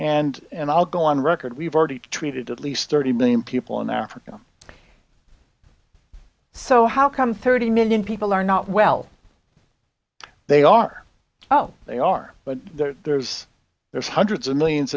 and and i'll go on record we've already treated at least thirty million people in africa so how come thirty million people are not well they are oh they are but there's there's hundreds of millions